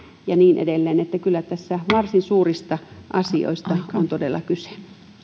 ja niin edelleen kyllä tässä varsin suurista asioista on todella kyse